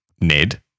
Ned